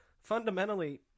fundamentally